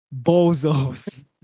Bozos